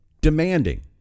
demanding